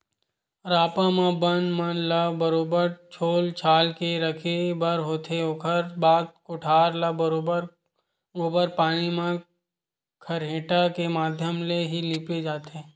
रापा म बन मन ल बरोबर छोल छाल के रखे बर होथे, ओखर बाद कोठार ल बरोबर गोबर पानी म खरेटा के माधियम ले ही लिपे जाथे